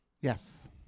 Yes